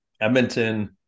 Edmonton